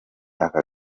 aka